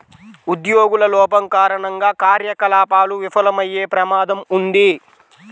ఉద్యోగుల లోపం కారణంగా కార్యకలాపాలు విఫలమయ్యే ప్రమాదం ఉంది